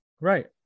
Right